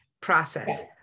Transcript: process